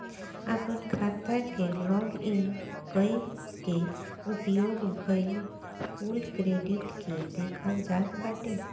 आपन खाता के लॉग इन कई के उपयोग भईल कुल क्रेडिट के देखल जात बाटे